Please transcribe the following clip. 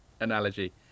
analogy